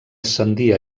ascendir